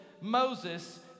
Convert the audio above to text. Moses